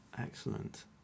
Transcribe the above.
excellent